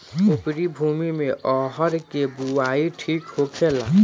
उपरी भूमी में अरहर के बुआई ठीक होखेला?